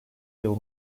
yıl